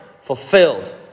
fulfilled